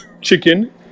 chicken